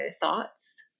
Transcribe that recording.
thoughts